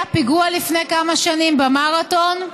היה פיגוע לפני כמה שנים במרתון.